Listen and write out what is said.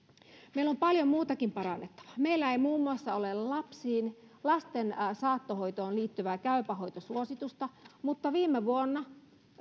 meillä on paljon muutakin parannettavaa meillä ei muun muassa ole lasten saattohoitoon liittyvää käypä hoito suositusta mutta viime vuonna